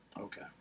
Okay